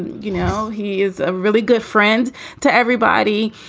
you know, he is a really good friend to everybody.